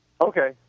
Okay